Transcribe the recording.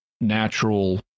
natural